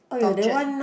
tortured